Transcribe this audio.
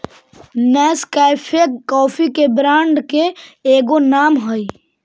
Nescafe coffee के brand के एगो नाम हई